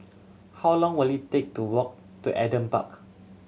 how long will it take to walk to Adam Park